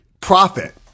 profit